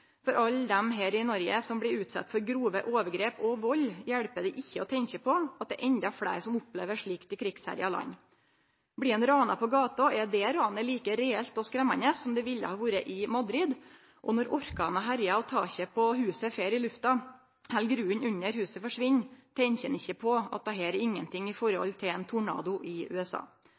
For alle dei her i Noreg som blir utsette for grove overgrep og vald, hjelper det ikkje å tenkje på at det er endå fleire som opplever slikt i krigsherja land. Blir ein rana på gata, er det ranet like reelt og skremmande som det ville ha vore i Madrid, og når orkanar herjar og taket på huset fer i lufta, eller grunnen under huset forsvinn, tenkjer ein ikkje på at dette er ingenting i forhold til ein tornado i USA.